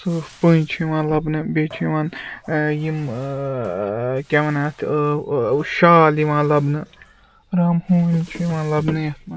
سٕہہ پٔنٛزۍ چھِ یِوان لَبنہٕ بیٚیہِ چھِ یِوان یِم کیٛاہ وَنان اَتھ شال یِوان لَبنہٕ رام ہوٗن چھِ یِوان لَبنہٕ یَتھ منٛز